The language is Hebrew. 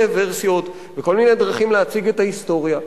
ורסיות וכל מיני דרכים להציג את ההיסטוריה.